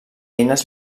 eines